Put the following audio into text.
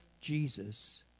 Jesus